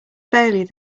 failure